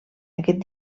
aquest